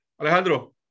Alejandro